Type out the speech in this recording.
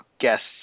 guests